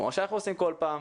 כמו שאנחנו עושים כל פעם,